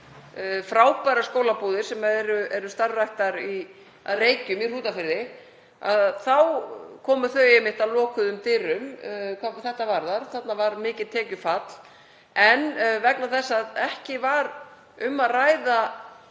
frábærar skólabúðir sem eru starfræktar að Reykjum í Hrútafirði, komu þau einmitt að lokuðum dyrum hvað þetta varðar. Þarna var mikið tekjufall en vegna þess að ekki var um að ræða